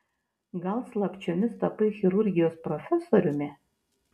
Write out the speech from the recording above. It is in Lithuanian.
gal slapčiomis tapai chirurgijos profesoriumi